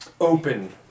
open